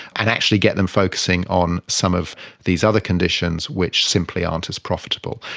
and actually get them focusing on some of these other conditions which simply aren't as profitable.